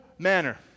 Manner